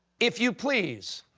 if you please,